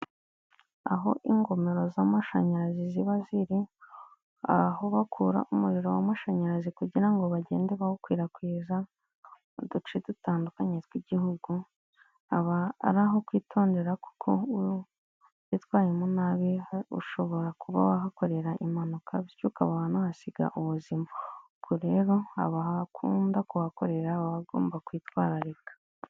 Aho ingomero z'amashanyarazi ziba ziri. Aho bakura umuriro w'amashanyarazi kugira ngo bagende bawukwirakwiza mu uduce dutandukanye tw'igihugu, aba ari aho kwitondera kuko ubwitwayemo nabibi ushobora kuba wahakorera impanuka bityo ukaba wanahasiga ubuzima, ubwo rero aba hakunda kuhakorera baba bagomba kwitwararika.